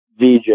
DJ